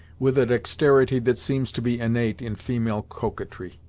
with a dexterity that seems to be innate in female coquetry.